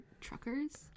truckers